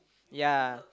ya